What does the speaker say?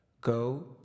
go